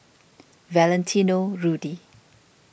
Valentino Rudy